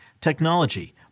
technology